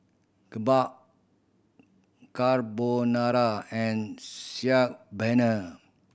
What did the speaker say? Kimbap Carbonara and Paneer